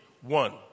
One